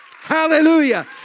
Hallelujah